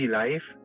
life